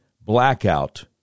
blackout